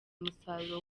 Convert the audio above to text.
umusaruro